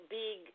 big